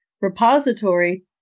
repository